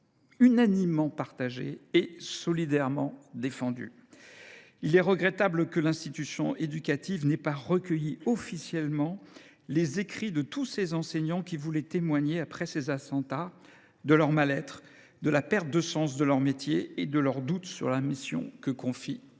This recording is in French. unanimement partagées et solidairement défendues. Il est regrettable que l’institution éducative n’ait pas recueilli officiellement les écrits de tous les enseignants qui voulaient témoigner, après ces attentats, de leur mal être, de la perte de sens de leur métier et de leurs doutes sur la mission que leur confie la